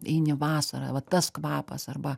eini vasarą va tas kvapas arba